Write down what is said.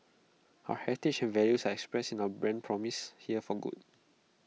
our heritage and values are expressed in our brand promise here for good